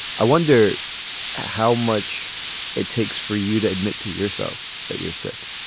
i wonder how much it takes for you to admit to yourself that you're sick